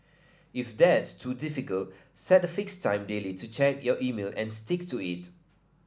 if that's too difficult set a fixed time daily to check your email and stick to it